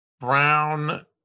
Brown